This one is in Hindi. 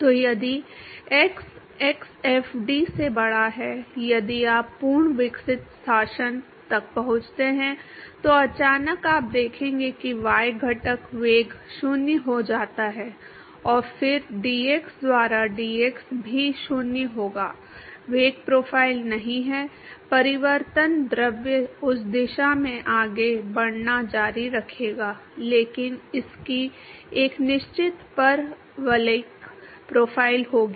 तो यदि x x fd से बड़ा है यदि आप पूर्ण विकसित शासन तक पहुँचते हैं तो अचानक आप देखेंगे कि y घटक वेग 0 हो जाता है और फिर dx द्वारा dx भी 0 होगा वेग प्रोफ़ाइल नहीं है परिवर्तन द्रव उस दिशा में आगे बढ़ना जारी रखेगा लेकिन इसकी एक निश्चित परवलयिक प्रोफ़ाइल होगी